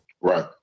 Right